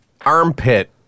armpit